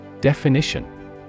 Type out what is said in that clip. Definition